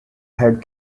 had